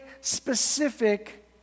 specific